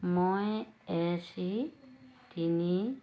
মই A C তিনি